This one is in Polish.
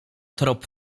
trop